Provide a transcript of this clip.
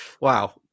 Wow